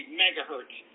megahertz